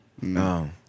No